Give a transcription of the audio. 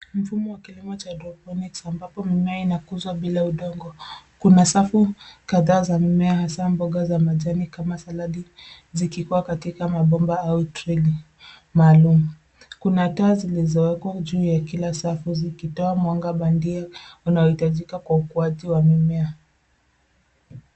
Mfumo wa kilimo cha hydroponics ambapo mimea inakuzwa bila udongo, kuna safu kadhaa za mimea hasaa mboga za majani kama saladi, zikikuwa katika mabomba au trei maalum. Kuna taa zilizowekwa juu ya kila safu zikitoa mwanga bandia unaohitajika kwa ukuaji wa mimea.